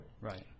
Right